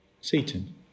Satan